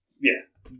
Yes